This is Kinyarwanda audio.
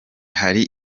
hari